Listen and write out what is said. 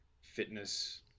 fitness